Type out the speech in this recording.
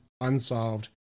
unsolved